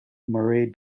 murray